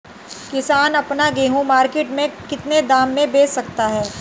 किसान अपना गेहूँ मार्केट में कितने दाम में बेच सकता है?